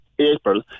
April